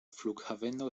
flughaveno